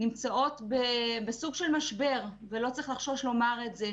נמצאות בסוג של משבר, ולא צריך לחשוש לומר את זה.